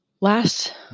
last